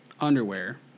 underwear